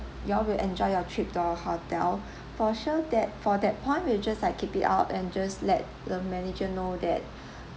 you all will enjoy your trip to our hotel for sure that for that point we will just keep it out and just let the manager know that